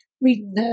reading